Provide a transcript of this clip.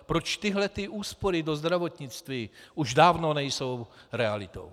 Proč tyhle ty úspory do zdravotnictví už dávno nejsou realitou?